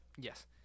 Yes